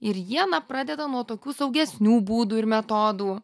ir jie na pradeda nuo tokių saugesnių būdų ir metodų